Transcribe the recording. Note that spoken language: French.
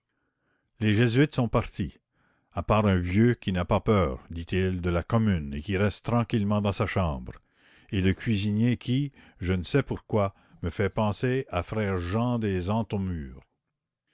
les jésuites sont partis à part un vieux qui n'a pas peur ditil de la commune et qui reste tranquillement dans sa chambre et le cuisinier qui je ne sais pourquoi me fait penser à frère jean des